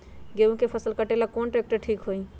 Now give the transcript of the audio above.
गेहूं के फसल कटेला कौन ट्रैक्टर ठीक होई?